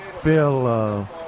Phil